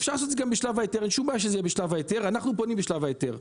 אנו פונים בשלב ההיתר.